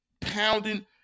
pounding